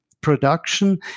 production